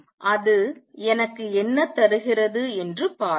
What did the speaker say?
அது எனக்கு என்ன தருகிறது என்று பார்ப்போம்